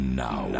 now